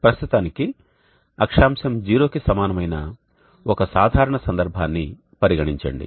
ప్రస్తుతానికి అక్షాంశం 0 కి సమానమైన ఒక సాధారణ సందర్భాన్ని పరిగణించండి